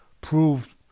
proved